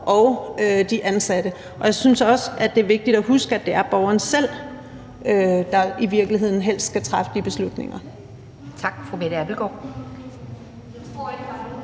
og de ansatte. Og jeg synes også, det er vigtigt at huske, at det er borgeren selv, der i virkeligheden helst skal træffe de beslutninger. Kl. 12:19 Anden